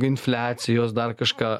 infliacijos dar kažką